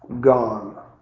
Gone